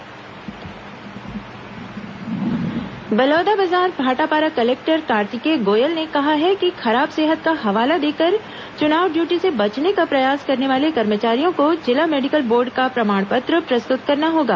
चुनाव medical board Balodabazar Bhatapara collector Kartikeya Goyal ने कहा है कि खराब सेहत का हवाला देकर चुनाव ड्यूटी से बचने का प्रयास करने वाले कर्मचारियों को जिला मेडिकल बोर्ड का प्रमाण पत्र प्रस्तुत करना होगा